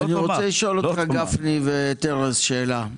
גפני, אני רוצה לשאול אותך ואת ארז שאלה.